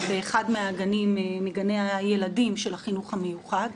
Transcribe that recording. באחד מגני הילדים של החינוך המיוחד.